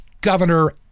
governor